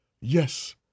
Yes